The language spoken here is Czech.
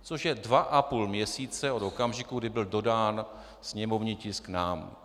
Což je dva a půl měsíce od okamžiku, kdy byl dodán sněmovní tisk nám.